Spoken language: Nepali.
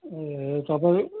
ए तपाईँ